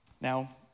Now